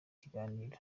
ibiganiro